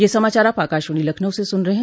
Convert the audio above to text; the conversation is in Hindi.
ब्रे क यह समाचार आप आकाशवाणी लखनऊ से सुन रहे हैं